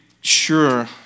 sure